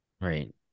Right